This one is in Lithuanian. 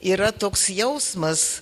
yra toks jausmas